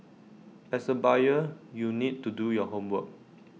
as A buyer you need to do your homework